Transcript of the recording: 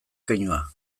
keinua